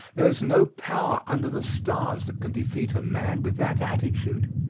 there is no power under the stars that can defeat a man with that attitude.